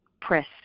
press